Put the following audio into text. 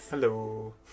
Hello